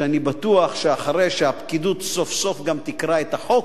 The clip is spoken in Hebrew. ואני בטוח שאחרי שהפקידות סוף-סוף גם תקרא את החוק,